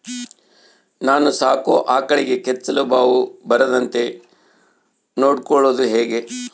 ನಾನು ಸಾಕೋ ಆಕಳಿಗೆ ಕೆಚ್ಚಲುಬಾವು ಬರದಂತೆ ನೊಡ್ಕೊಳೋದು ಹೇಗೆ?